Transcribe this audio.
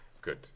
Good